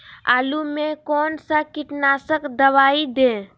आलू में कौन सा कीटनाशक दवाएं दे?